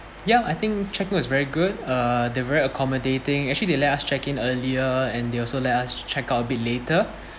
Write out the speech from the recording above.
ya I think check in is very good uh they're very accommodating actually they let us check in earlier and they also let us check out a bit later